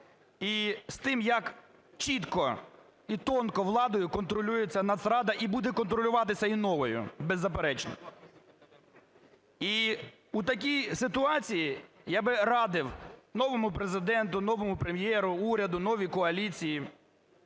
і з тим, як чітко і тонко владою контролюється Нацрада, і буде контролюватися і новою, беззаперечно. І в такій ситуації я би радив новому Президенту, новому Прем'єру, уряду, новій коаліції,